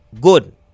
good